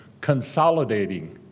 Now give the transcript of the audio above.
consolidating